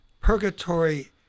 purgatory